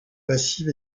passive